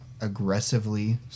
aggressively